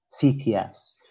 CPS